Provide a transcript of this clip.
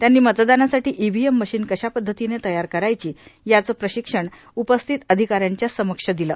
त्यांनी मतदानासाठी EVM machine कशा पद्धतीने तयार करायची याचे प्रशिक्षण उपस्थित अधिकाऱ्यांच्या समक्ष दिले